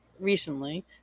recently